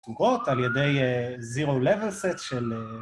תוגות על ידי zero-level set של...